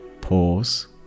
pause